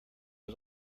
was